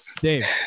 Dave